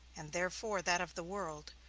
and, therefore, that of the world,